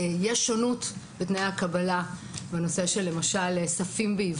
יש שונות בתנאי הקבלה בנושא העברית.